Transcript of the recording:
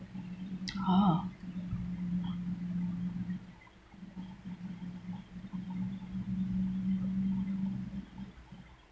oh